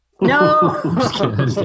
No